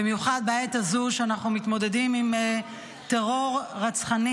במיוחד בעת הזו, כשאנחנו מתמודדים עם טרור רצחני.